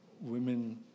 Women